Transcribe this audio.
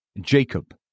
Jacob